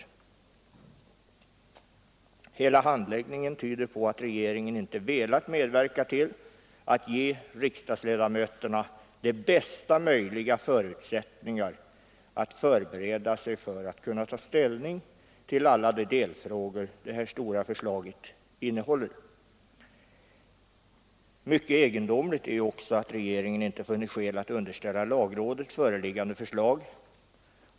Vidare tyder hela handläggningen av ärendet på att regeringen inte har velat medverka till att ge riksdagsledamöterna bästa möjliga förutsättningar att förbereda sig för att kunna ta ställning till alla de delfrågor som detta stora förslag innehåller. Mycket egendomligt är också att regeringen inte har funnit skäl att underställa lagrådet föreliggande lagförslag.